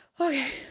Okay